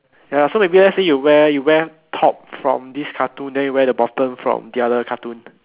ya so maybe let's say you wear you wear top from this cartoon then you wear the bottom from the other cartoon